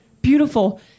Beautiful